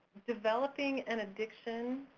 developing an addiction,